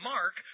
Mark